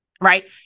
right